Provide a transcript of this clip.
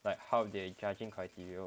like how they judging criteria